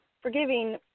forgiving